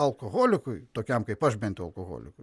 alkoholikui tokiam kaip aš bent jau alkoholikui